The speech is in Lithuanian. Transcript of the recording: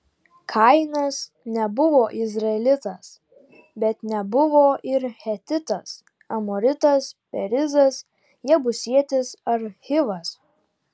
kainas nebuvo izraelitas bet nebuvo ir hetitas amoritas perizas jebusietis ar hivas